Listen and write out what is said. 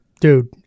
Dude